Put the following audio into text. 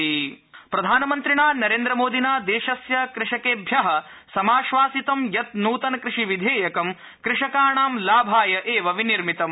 प्रधानमन्त्री देव दीपावली प्रधानमन्त्रिणा नरेन्द्रमोदिना देशस्य कृषकेभ्य समाश्वासितं यत् नूतनकृषकविधेयकं कृषकाणां लाभाय एव विनिर्मितम्